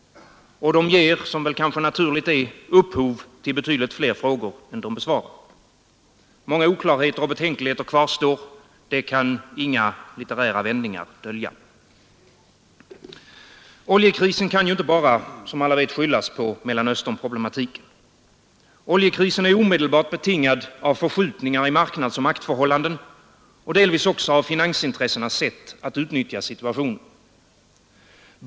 Och de ger, vilket kanske också är helt naturligt, upphov till betydligt fler frågor än de besvarar. Många oklarheter och betänkligheter kvarstår — det kan inga litterära vändningar dölja. Oljekrisen kan inte bara, som alla vet, skyllas på Mellanösternkonflikten. Oljekrisen är omedelbart betingad av förskjutningar i marknadsoch maktförhållanden och delvis också av finansintressenas sätt att utnyttja situationen.